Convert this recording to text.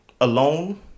alone